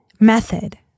Method